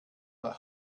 that